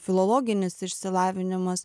filologinis išsilavinimas